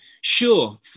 sure